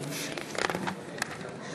זכאי חוק